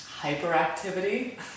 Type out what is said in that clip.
hyperactivity